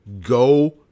Go